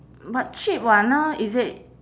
but cheap [what] now is it